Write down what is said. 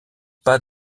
pas